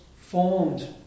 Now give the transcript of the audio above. formed